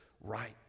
right